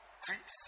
trees